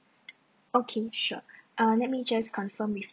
okay sure err let me just confirm with